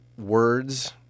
Words